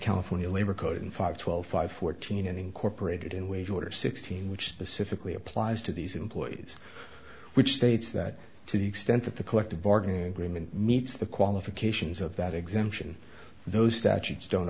california labor code and five twelve five fourteen incorporated in wage order sixteen which the civically applies to these employees which states that to the extent that the collective bargaining agreement meets the qualifications of that exemption those statutes don't